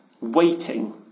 waiting